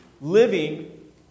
living